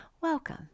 Welcome